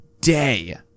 day